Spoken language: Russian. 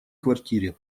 квартире